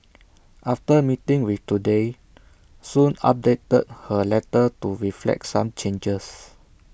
after meeting with Today Soon updated her letter to reflect some changes